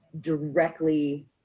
directly